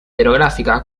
hidrográfica